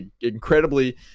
incredibly